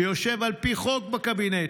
שיושב על פי חוק בקבינט,